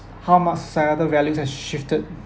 how much societal values have shifted